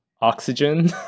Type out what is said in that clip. oxygen